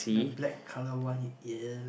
the black colour one it yeah